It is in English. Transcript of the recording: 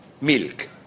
milk